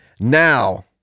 now